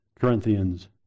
Corinthians